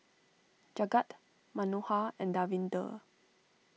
Jagat Manohar and Davinder